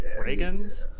Reagan's